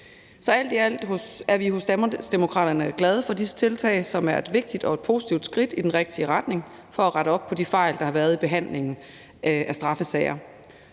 Så alt i alt er vi i Danmarksdemokraterne glade for disse tiltag, som er et vigtigt og et positivt skridt i den rigtige retning for at rette op på de fejl, der har været i behandlingen af straffesager,